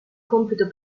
compito